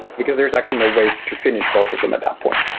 because there is actually no way to finish both of them at that point.